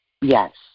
yes